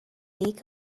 big